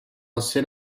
asi